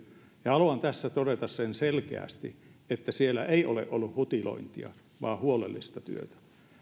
ja haluan tässä todeta sen selkeästi että siellä ei ole ollut hutilointia vaan huolellista työtä